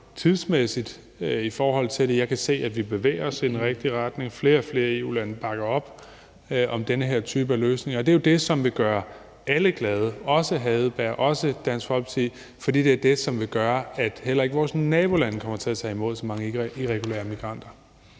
tidsmæssigt i forhold til det. Jeg kan se, at vi bevæger os i den rigtige retning. Flere og flere EU-lande bakker op om den her type løsning, og det er jo det, som vil gøre alle glade, også hr. Kim Edberg Andersen, også Dansk Folkeparti, fordi det er det, som vil gøre, at heller ikke vores nabolande kommer til at tage imod så mange irregulære migranter.